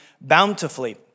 bountifully